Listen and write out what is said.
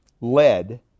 lead